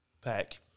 Pack